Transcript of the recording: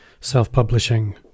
self-publishing